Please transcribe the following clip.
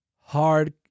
hard